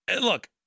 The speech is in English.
Look